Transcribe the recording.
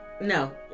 No